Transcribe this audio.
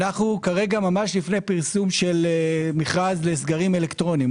אנו לפני פרסום מכרז לסגרים אלקטרוניים.